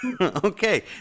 okay